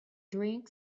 drank